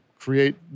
create